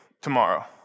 tomorrow